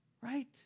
Right